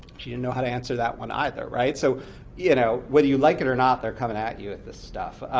she didn't know how to answer that one, either. so you know whether you like it or not, they're coming at you with this stuff.